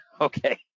Okay